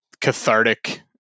cathartic